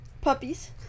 Puppies